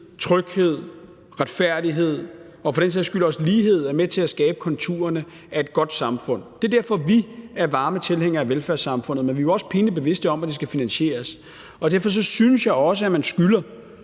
tryghed, retfærdighed og for den sags skyld også lighed er med til at skabe konturerne af et godt samfund – det er derfor, vi er varme tilhængere velfærdssamfundet, men vi er jo også pinligt bevidste om, at det skal finansieres – så synes jeg også, at man skylder,